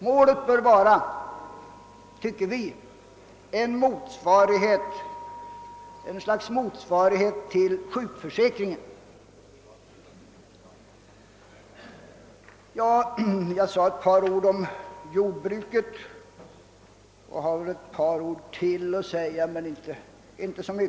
Vi anser att målet bör vara något slags motsvarighet till sjukförsäkringen. Jag sade ett par ord om jordbruket och har väl ett par ord till att säga — det skall inte bli så många.